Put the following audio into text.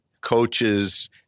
coaches